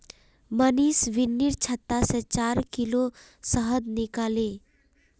मनीष बिर्निर छत्ता से चार किलो शहद निकलाले